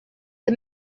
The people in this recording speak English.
the